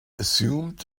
assumed